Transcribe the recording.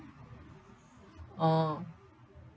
oh